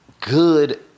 good